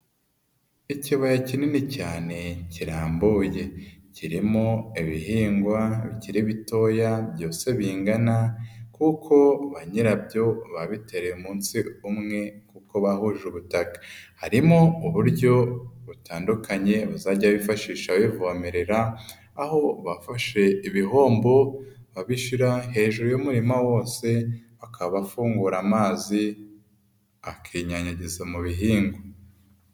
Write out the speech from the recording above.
Ikibaya kinini cyane kirambuye kirimo ibihingwa bikiri bitoya byose bingana kuko ba nyirabyo babiteye umunsi umwe, kuko bahuje ubutaka harimo uburyo butandukanye bazajya bifashisha wivomerera, aho bafashe ibihombo babishyira hejuru y'umurima wose akaba afungura amazi akinyanyagiza mu ibihingwa.